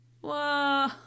Whoa